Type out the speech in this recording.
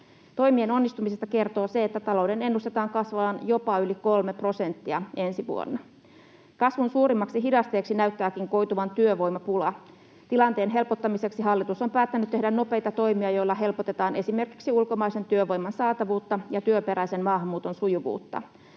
Toimien onnistumisesta kertoo se, että talouden ennustetaan kasvavan jopa yli 3 prosenttia ensi vuonna. Kasvun suurimmaksi hidasteeksi näyttääkin koituvan työvoimapula. Tilanteen helpottamiseksi hallitus on päättänyt tehdä nopeita toimia, joilla helpotetaan esimerkiksi ulkomaisen työvoiman saatavuutta ja työperäisen maahanmuuton sujuvuutta.